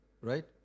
right